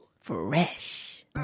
Fresh